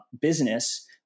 business